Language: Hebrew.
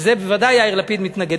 ולזה בוודאי יאיר לפיד מתנגד.